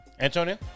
Antonio